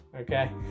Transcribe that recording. okay